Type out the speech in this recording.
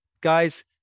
guys